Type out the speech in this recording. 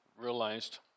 realized